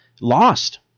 Lost